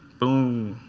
boom.